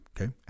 Okay